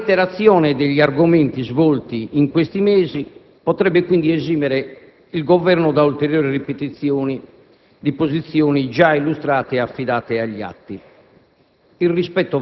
La reiterazione degli argomenti svolti in questi mesi potrebbe quindi esimere il Governo da ulteriori ripetizioni di posizioni già illustrate e affidate agli atti;